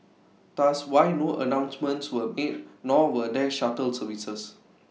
thus why no announcements were made nor were there shuttle services